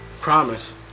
Promise